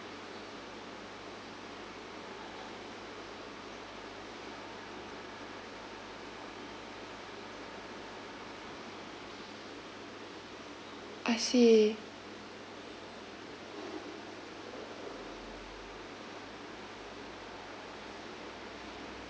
I see